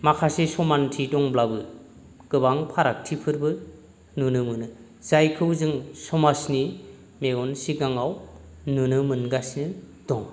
माखासे समानथि दंब्लाबो गोबां फारागथिफोरबो नुनो मोनो जायखौ जों समाजनि मेगन सिगाङाव नुनो मोनगासिनो दं